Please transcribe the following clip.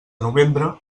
novembre